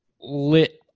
lit